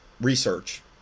research